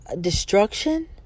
destruction